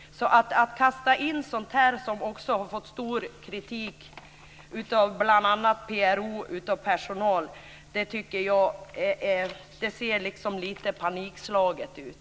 Att kasta in sådant här som också har fått stark kritik av bl.a. PRO och av personal tycker jag ser lite panikslaget ut.